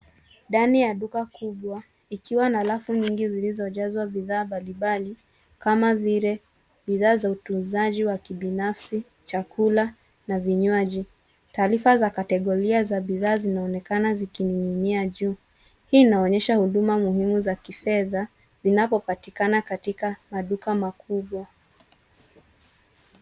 Ndani ya duka kubwa ikiwa na rafu nyingi zilizojazwa bidhaa mbalimbali kama vile bidhaa za utunzaji wa kibinafsi, chakula na vinywaji. Taarifa za kategoria za bidhaa zinaonekana zikining'inia juu. Hii inaonyesha huduma muhimu za kifedha zinazopatikana katika maduka makubwa.